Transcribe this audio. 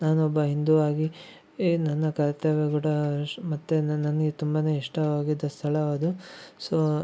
ನಾನೊಬ್ಬ ಹಿಂದೂ ಆಗಿ ಈ ನನ್ನ ಕರ್ತವ್ಯ ಕೂಡ ಶ್ ಮತ್ತು ನನಗೆ ತುಂಬಾನೇ ಇಷ್ಟವಾಗಿದ್ದ ಸ್ಥಳವದು ಸೋ